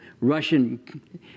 Russian